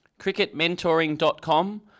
cricketmentoring.com